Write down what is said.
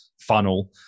funnel